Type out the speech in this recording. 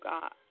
God